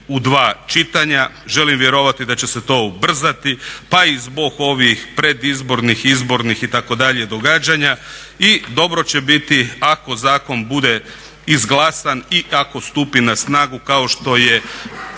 u 2 čitanja, želim vjerovati da će se to ubrzati pa i zbog ovih predizbornih, izbornih itd., događanja i dobro će biti ako zakon bude izglasan i ako stupi na snagu kao što je